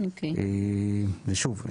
ושוב,